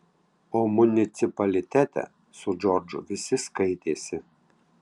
o municipalitete su džordžu visi skaitėsi